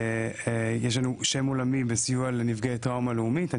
יש לנו שם עולמי בסיוע לנפגעי טראומה לאומית.